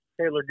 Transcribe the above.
Taylor